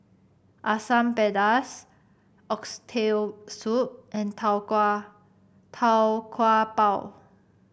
Asam Pedas Oxtail Soup and tau kwa Tau Kwa Pau